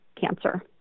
cancer